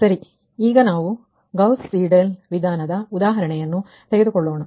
ಸರಿ ಈಗ ನಾವು ಗೌಸ್ ಸೀಡಲ್ ವಿಧಾನದ ಉದಾಹರಣೆಯನ್ನು ತೆಗೆದುಕೊಳ್ಳೋಣ